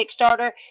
Kickstarter